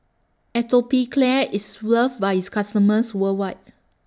Atopiclair IS loved By its customers worldwide